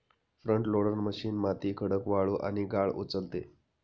front loader machine माती, खडक, वाळू आणि गाळ उचलते